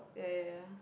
ya ya ya